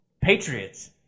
Patriots